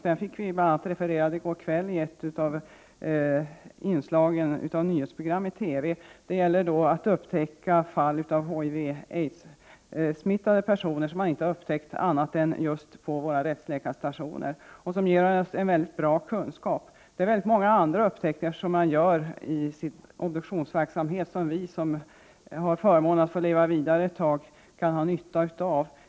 Det fick vi bl.a. refererat i ett inslag i ett nyhetsprogram i går på TV. Det gäller förmågan att upptäcka fall av HIV/aids-smittade personer, som man inte har upptäckt annat än just på våra rättsläkarstationer — och detta ger oss en mycket bra kunskap. Det görs i obduktionsverksamheten många andra upptäckter, som vi som har förmånen att en tid få leva vidare kan ha nytta av.